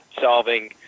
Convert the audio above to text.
solving